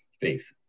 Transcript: faith